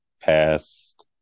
past